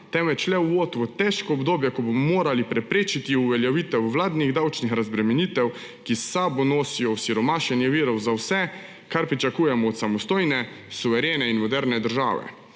temveč le uvod v težko obdobje, ko bomo morali preprečiti uveljavitev vladnih davčnih razbremenitev, ki s sabo nosijo osiromašenje virov za vse, kar pričakujemo od samostojne, suverene in moderne države.